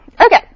Okay